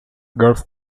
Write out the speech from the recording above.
golf